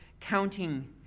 counting